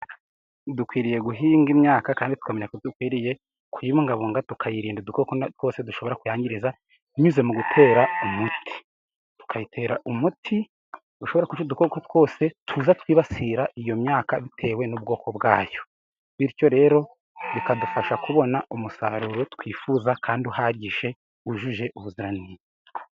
Dukwiriye guhinga imyaka, kandi tukamenya ko dukwiriye kuyibungabunga, tukayirinda udukoko twose dushobora kuyangiza, binyuze mu gutera imiti, tukayitera umuti wica udukoko twose, tuza twibasira iyo myaka bitewe n'ubwoko bwayo, bityo rero bikadufasha kubona umusaruro twifuza, kandi uhagije wujuje ubuziranenge.